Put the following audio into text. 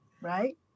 right